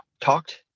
talked